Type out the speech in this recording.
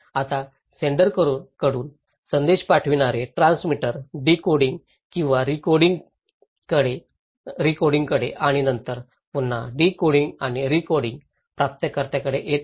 आता सेंडर कडून संदेश पाठविणारे ट्रान्समीटर डीकोडिंग आणि रीकोडिंगकडे आणि नंतर पुन्हा डीकोडिंग आणि रीकोडिंग प्राप्तकर्त्याकडे येत आहेत